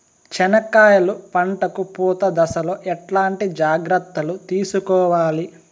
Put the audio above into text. చెనక్కాయలు పంట కు పూత దశలో ఎట్లాంటి జాగ్రత్తలు తీసుకోవాలి?